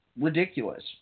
ridiculous